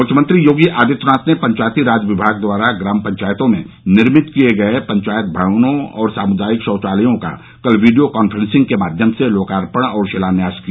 मुख्यमंत्री योगी आदित्यनाथ ने पंचायती राज विभाग द्वारा ग्राम पंचायतों में निर्मित किये गये पंचायत भवनों और सामुदायिक शौचालयों का कल वीडियो कांफ्रेंसिंग के माध्यम से लोकार्पण और शिलान्यास किया